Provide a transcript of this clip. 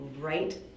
right